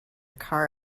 car